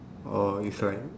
orh you try